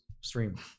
stream